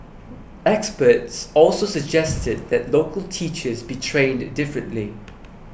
experts also suggested that local teachers be trained differently